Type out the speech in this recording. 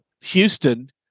Houston